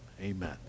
Amen